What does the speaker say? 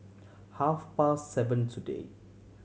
half past seven today